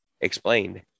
explained